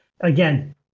again